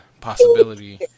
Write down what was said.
possibility